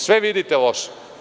Sve vidite loše.